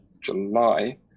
july